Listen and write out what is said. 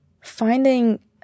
finding